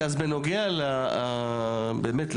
אז באמת,